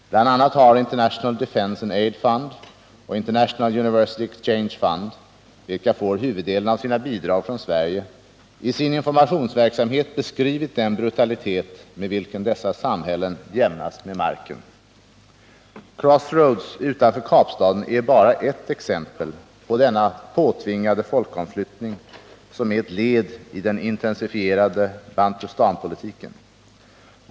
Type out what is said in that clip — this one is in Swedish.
Bl. a. har International Defence and Aid Fund och International University Exchange Fund, som får huvuddelen av sina bidrag från Sverige, i sin informationsverksamhet beskrivit den brutalitet med vilken dessa samhällen jämnas med marken. Crossroads utanför Kapstaden är bara ett exempel på denna påtvingade folkomflyttning som är ett led i den intensifierade bantustanpolitiken.